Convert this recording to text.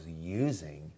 using